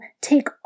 take